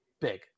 big